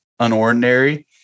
unordinary